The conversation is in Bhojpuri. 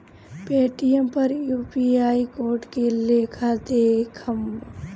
पेटीएम पर यू.पी.आई कोड के लेखा देखम?